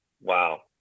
wow